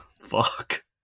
Fuck